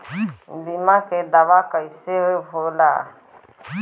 बीमा के दावा कईसे होला?